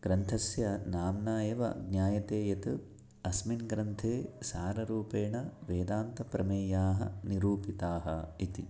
ग्रन्थस्य नाम्ना एव ज्ञायते यत् अस्मिन् ग्रन्थे साररूपेण वेदान्तप्रमेयाः निरूपिताः इति